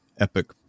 epic